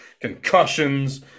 concussions